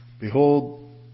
Behold